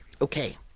Okay